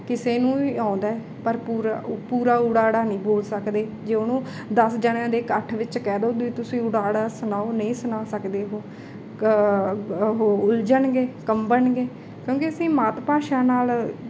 ਕਿਸੇ ਨੂੰ ਵੀ ਆਉਂਦਾ ਪਰ ਪੂਰਾ ਉ ਪੂਰਾ ਊੜਾ ਆੜਾ ਨਹੀਂ ਬੋਲ ਸਕਦੇ ਜੇ ਉਹਨੂੰ ਦਸ ਜਣਿਆਂ ਦੇ ਇਕੱਠ ਵਿੱਚ ਕਹਿ ਦੋ ਤੁਸੀਂ ਉੜਾ ਆੜਾ ਸੁਣਾਓ ਨਹੀਂ ਸੁਣਾ ਸਕਦੇ ਉਹ ਕ ਉਹ ਉਲਝਣਗੇ ਕੰਬਣਗੇ ਕਿਉਂਕਿ ਅਸੀਂ ਮਾਤ ਭਾਸ਼ਾ ਨਾਲ